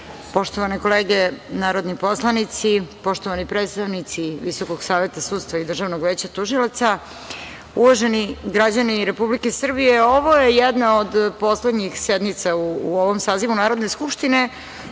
Kovač. Poštovane kolege narodni poslanici, poštovani predstavnici Visokog saveta sudstva i Državnog veća tužilaca, uvaženi građani Republike Srbije, ovo je jedna od poslednjih sednica u ovom sazivu Narodne skupštine,